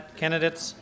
candidates